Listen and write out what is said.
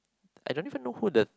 I don't even know who the